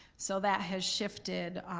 so that has shifted